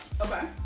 okay